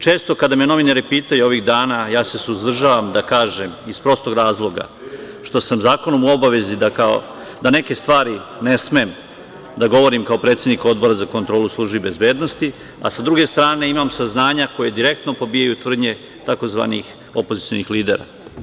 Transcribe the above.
Često, kada me novinari pitaju ovih dana suzdržavam se da kažem, iz prostog razloga što sam zakonom u obavezi da neke stvari ne smem da govorim kao predsednik Odbora za kontrolu službi bezbednosti, a sa druge strane imam saznanja koja direktno pobijaju tvrdnje tzv. opozicionih lidera.